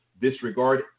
disregard